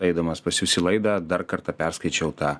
eidamas pas jus į laidą dar kartą perskaičiau tą